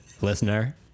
Listener